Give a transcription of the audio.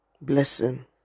blessing